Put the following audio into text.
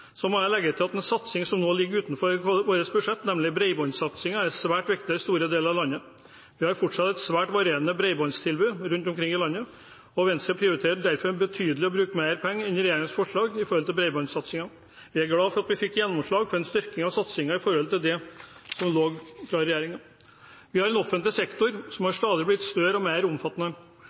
Så må jeg legge til at en satsing som nå ligger utenfor vårt budsjett, nemlig bredbåndsatsingen, er svært viktig i store deler av landet. Vi har fortsatt et svært varierende bredbåndstilbud rundt omkring i landet, og Venstre prioriterer derfor å bruke betydelig mer penger enn i regjeringens forslag på bredbåndsatsingen. Vi er glad for at vi fikk gjennomslag for en styrkning av satsingen i forhold til det som lå fra regjeringen. Vi har en offentlig sektor som stadig har blitt større og mer omfattende.